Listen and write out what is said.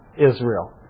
Israel